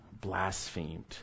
blasphemed